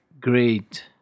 great